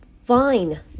fine